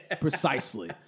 Precisely